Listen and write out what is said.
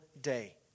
day